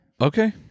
okay